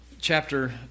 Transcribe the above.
chapter